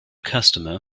customer